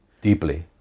Deeply